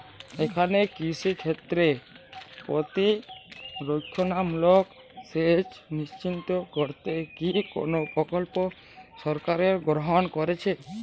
এখানে কৃষিক্ষেত্রে প্রতিরক্ষামূলক সেচ নিশ্চিত করতে কি কোনো প্রকল্প সরকার গ্রহন করেছে?